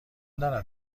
دارد